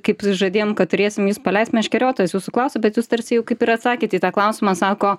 kaip žadėjom kad turėsim jus paleist meškeriotojas jūsų klausia bet jūs tarsi jau kaip ir atsakėt į tą klausimą sako